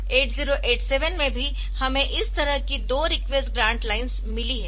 8087 में भी हमें इस तरह की दो रिक्वेस्ट ग्रान्ट लाइन्स मिली है